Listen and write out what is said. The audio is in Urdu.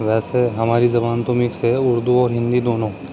ویسے ہماری زبان تو مکس ہے اردو اور ہندی دونوں